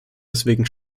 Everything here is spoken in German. deswegen